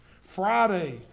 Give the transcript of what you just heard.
Friday